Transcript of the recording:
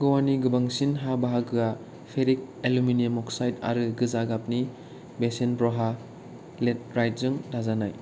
गवानि गोबांसिन हा बाहागोआ फेरिक एल्यूमीनियम अक्साइड आरो गोजा गाबनि बेसेन बर्हा लेटराइटजों दाजानाय